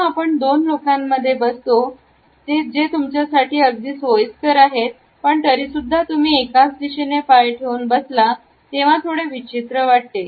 जेव्हा आपण दोन लोकांमधे बसता जे तुमच्यासाठी अगदी सोयीस्कर आहेत पण तरीसुद्धा तुम्ही एकाच दिशेने पाय ठेवून बसला तेव्हा थोडे विचित्र वाटते